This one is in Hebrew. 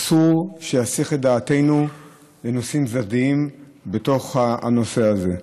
אסור שיסיח את דעתנו לנושאים צדדיים בתוך הנושא הזה.